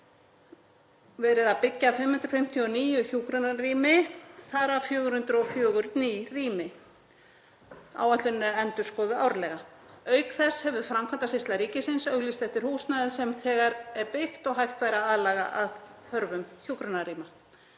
verið að byggja 559 hjúkrunarrými, þar af 404 ný rými. Áætlunin er endurskoðuð árlega. Auk þess hefur Framkvæmdasýsla ríkisins auglýst eftir húsnæði sem þegar er byggt og hægt væri að aðlaga að þörfum hjúkrunarrýma.